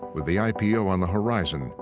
with the i p o. on the horizon,